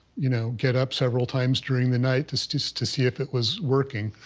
you know, get up several times during the night to, just to see if it was working